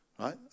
Right